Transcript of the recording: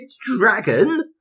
dragon